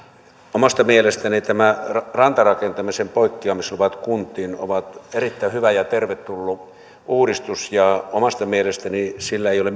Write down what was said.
omasta mielestäni nämä rantarakentamisen poikkeamisluvat kuntiin ovat erittäin hyvä ja tervetullut uudistus ja omasta mielestäni sillä ei ole